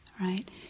right